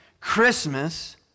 Christmas